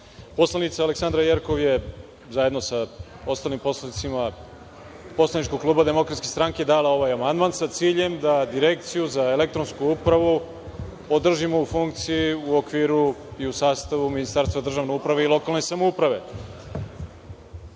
pitanja. Poslanica Aleksandra Jerkov je zajedno sa ostalim poslanicima poslaničkog kluba DS dala ovaj amandman sa ciljem da Direkciju za elektronsku upravu održimo u funkciji u okviru i u sastavu Ministarstva državne uprave i lokalne samouprave. Čuli